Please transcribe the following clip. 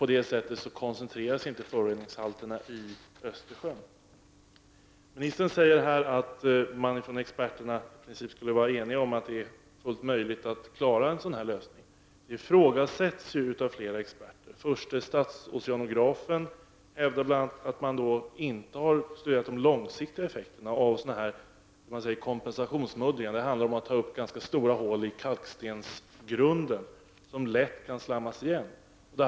På detta sätt koncentreras inte föroreningarna i Östersjön. Kommunikationsministern säger här att experterna skulle vara eniga om att det är fullt möjligt att genomföra den föreslagna lösningen. Detta ifrågasätts av flera experter. Förste statsoceanografen hävdar bl.a. att man inte har studerat de långsiktiga effekterna av s.k. kompensationsmuddringar. Det handlar om att ta upp ganska stora hål i kalkstensgrunden som lätt kan slammas igen.